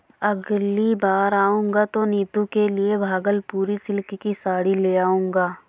अगली बार आऊंगा तो नीतू के लिए भागलपुरी सिल्क की साड़ी ले जाऊंगा